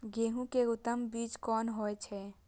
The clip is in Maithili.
गेंहू के उत्तम बीज कोन होय छे?